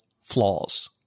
flaws